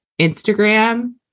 Instagram